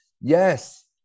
yes